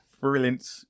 Brilliant